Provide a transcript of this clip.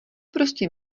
prostě